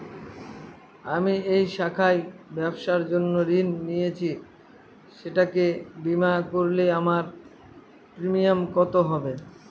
আমি এই শাখায় ব্যবসার জন্য ঋণ নিয়েছি সেটাকে বিমা করলে আমার প্রিমিয়াম কত হবে?